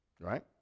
Right